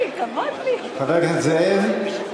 חבר הכנסת זאב,